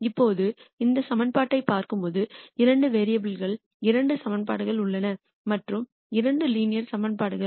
இப்போது இந்த சமன்பாட்டைப் பார்க்கும்போது இரண்டு வேரியபுல்களில் இரண்டு சமன்பாடுகள் உள்ளன மற்றும் இரண்டும் லீனியர் சமன்பாடுகள்